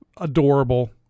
adorable